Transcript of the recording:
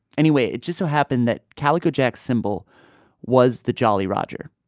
anyway, it just so happened that calico jack's symbol was the jolly roger,